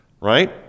Right